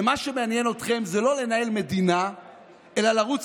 ומה שמעניין אתכם זה לא לנהל מדינה אלא לרוץ